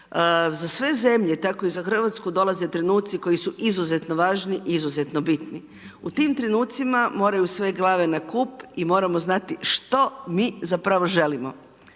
Za sve zemlje, tako i za Hrvatsku dolaze trenuci koji su izuzetno važni, izuzetno bitni. U tim trenucima moraju sve glave na kup i moramo znati što mi zapravo želimo.